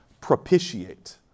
propitiate